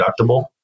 deductible